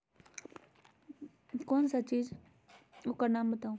कौन सा चीज है ओकर नाम बताऊ?